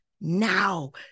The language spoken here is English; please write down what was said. now